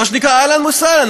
מה שנקרא: אהלן וסהלן.